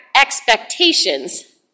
expectations